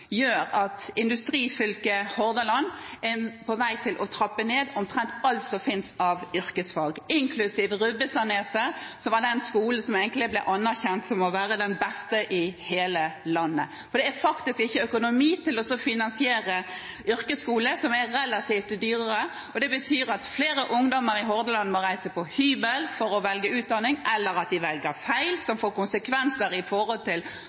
gjør at industrifylket Hordaland er på vei til å trappe ned omtrent alt som finnes av yrkesfag, inklusiv Rubbestadnes, som var den skolen som ble anerkjent for å være den beste i hele landet. For det er faktisk ikke økonomi til å finansiere yrkesskoler – som er relativt dyrere – og det betyr at flere ungdommer i Hordaland må reise bort og bo på hybel for å velge utdanning, eller at de velger feil,